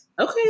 Okay